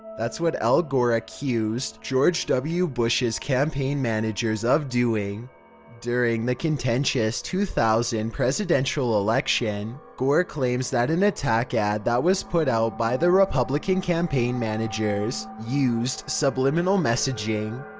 that's what al gore accused george w. bush's campaign managers of doing during the contentious two thousand presidential election. gore claims that an attack ad that was put out by the republican campaign managers used subliminal messaging.